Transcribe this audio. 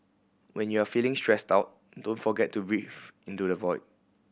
when you are feeling stressed out don't forget to breathe into the void